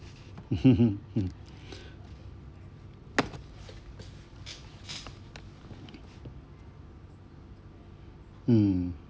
mm